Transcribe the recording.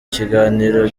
kiganiro